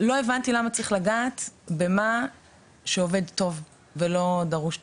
לא הבנתי למה צריך לגעת במה שעובד טוב ולא דרוש תיקון,